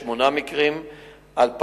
ב-2006, שמונה מקרים, ב-2007,